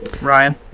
Ryan